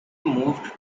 moved